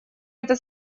это